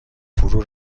فرو